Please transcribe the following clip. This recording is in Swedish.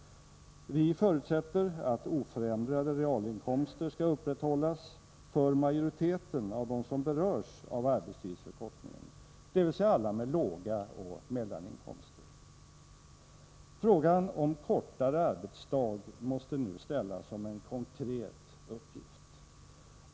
Vi förutsätter att oförändrade realinkomster skall upprätthållas för majoriteten av dem som berörs av arbetstidsförkortningen, dvs. alla med låga inkomster och mellaninkomster. Frågan om kortare arbetsdag måste nu ses som en konkret uppgift.